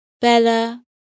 Bella